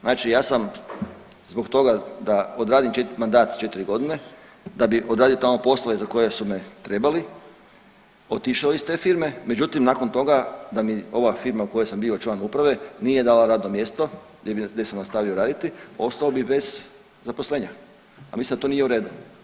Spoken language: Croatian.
Znači ja sam zbog toga da odradim mandat od 4 godine da bi odradio tamo poslove za koje su me trebali, otišao iz te firme, međutim nakon toga da mi ova firma u kojoj sam bio član uprave nije dala radno mjesto gdje sam nastavio raditi ostao bih bez zaposlenja, a mislim da to nije u redu.